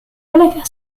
bolehkah